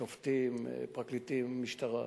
שופטים, פרקליטים, משטרה.